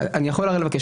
אני יכול הרי לבקש,